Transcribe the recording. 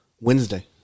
Wednesday